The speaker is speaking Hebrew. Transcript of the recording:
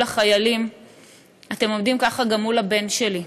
החיילים אתם עומדים ככה גם מול הבן שלי,